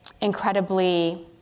incredibly